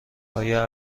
آیا